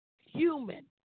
human